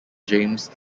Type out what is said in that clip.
james